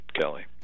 Kelly